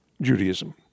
Judaism